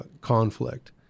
conflict